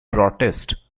protest